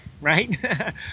right